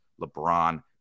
LeBron